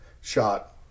shot